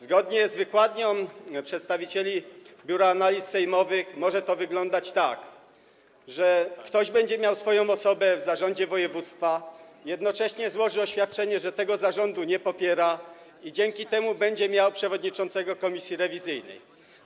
Zgodnie z wykładnią przedstawicieli Biura Analiz Sejmowych może to wyglądać tak, że ktoś będzie miał swoją osobę w zarządzie województwa, a jednocześnie złoży oświadczenie, że tego zarządu nie popiera, i dzięki temu będzie miał przewodniczącego komisji rewizyjnej.